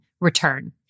return